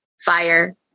fire